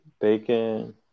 Bacon